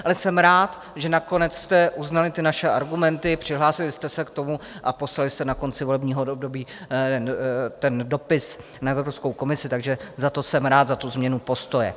Ale jsem rád, že nakonec jste uznali naše argumenty, přihlásili jste se k tomu a poslali jste na konci volebního období dopis na Evropskou komisi, takže za to jsem rád, za tu změnu postoje.